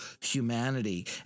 humanity